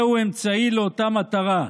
זהו אמצעי לאותה מטרה,